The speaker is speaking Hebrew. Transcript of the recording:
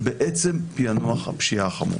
בעצם פענוח הפשיעה החמורה.